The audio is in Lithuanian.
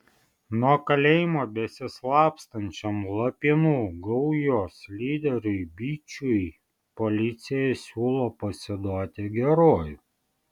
nuo kalėjimo besislapstančiam lapinų gaujos lyderiui byčiui policija siūlo pasiduoti geruoju